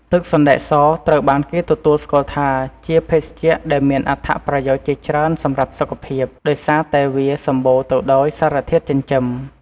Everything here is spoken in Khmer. ទឹកសណ្តែកសត្រូវបានគេទទួលស្គាល់ថាជាភេសជ្ជៈដែលមានអត្ថប្រយោជន៍ជាច្រើនសម្រាប់សុខភាព ដោយសារតែវាសម្បូរទៅដោយសារធាតុចិញ្ចឹម។